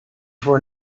for